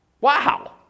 Wow